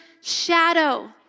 shadow